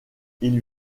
ils